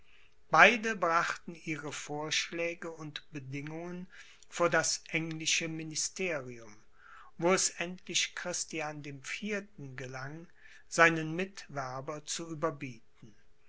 beide brachten ihre vorschläge und bedingungen vor das englische ministerium wo es endlich christian dem vierten gelang seinen mitwerber zu überbieten